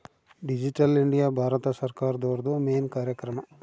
digital India ಭಾರತ ಸರ್ಕಾರ್ದೊರ್ದು main ಕಾರ್ಯಕ್ರಮ